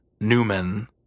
Newman